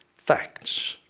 facts.